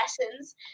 lessons